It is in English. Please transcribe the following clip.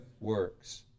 works